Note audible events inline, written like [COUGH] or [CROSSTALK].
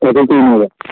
[UNINTELLIGIBLE]